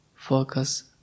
focus